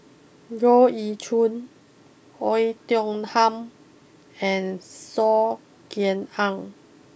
Goh Ee Choo Oei Tiong Ham and Saw Ean Ang